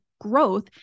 growth